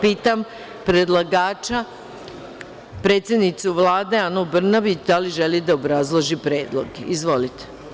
Pitam predlagača, predsednicu Vlade, Anu Brnabić da li želi da obrazloži predlog? (Ana Brnabić: Da.) Izvolite.